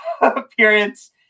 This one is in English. appearance